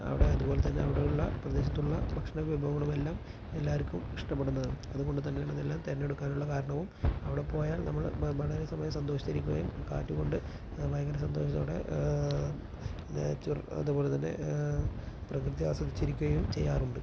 അവിടെ അതുപോലെ തന്നെ അവിടെയുള്ള പ്രദേശത്തുള്ള ഭക്ഷണ വിഭവങ്ങളും എല്ലാം എല്ലാവർക്കും ഇഷ്ടപ്പെടുന്നതാണ് അതുകൊണ്ടു തന്നെയാണ് ഇതെല്ലാം തിരഞ്ഞെടുക്കാനുള്ള കാരണവും അവിടെ പോയാൽ നമ്മള് വളരെ സമയം സന്തോഷിച്ചിരിക്കുകയും കാറ്റുകൊണ്ട് ഭയങ്കര സന്തോഷത്തോടെ നേച്ചർ അതുപോലെ തന്നെ പ്രകൃതി ആസ്വദിച്ചിരിക്കുകയും ചെയ്യാറുണ്ട്